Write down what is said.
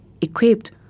equipped